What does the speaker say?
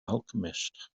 alchemist